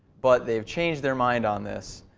but they've changed their mind on this.